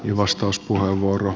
arvoisa puhemies